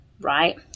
right